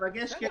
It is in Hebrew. מבקש --- בסר.